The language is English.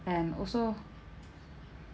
and also